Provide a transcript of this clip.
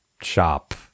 shop